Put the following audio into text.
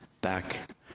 back